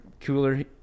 cooler